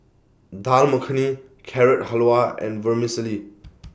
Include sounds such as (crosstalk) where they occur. Dal Makhani Carrot Halwa and Vermicelli (noise)